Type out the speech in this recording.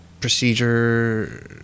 procedure